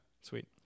Sweet